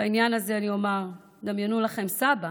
בעניין הזה אני אומר: דמיינו לכם סבא